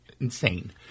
insane